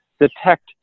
detect